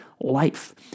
life